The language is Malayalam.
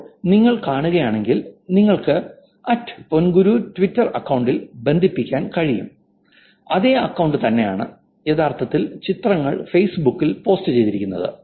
ഇപ്പോൾ നിങ്ങൾ കാണുകയാണെങ്കിൽ നിങ്ങൾക്ക് പൊൻഗുരു ട്വിറ്റർ അക്കൌണ്ടിൽ ബന്ധിപ്പിക്കാൻ കഴിയും അതേ അക്കൌണ്ട് തന്നെയാണ് യഥാർത്ഥത്തിൽ ചിത്രങ്ങൾ ഫേസ്ബുക്കിൽ പോസ്റ്റ് ചെയ്യുന്നത്